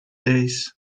days